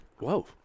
Whoa